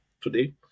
Today